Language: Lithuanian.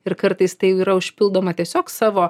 ir kartais tai jau yra užpildoma tiesiog savo